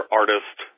artist